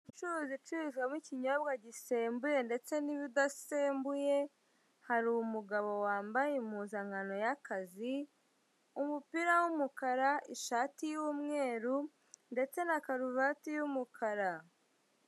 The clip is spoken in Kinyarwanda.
Umucuruzi ucuruza ikinyobwa gisembuye n'ikidasembuye, hari umugabo wambaye impuzankano y'akazi, umupira w'umukara, ishati y'umweru, ndetse na karuvati y'umukara.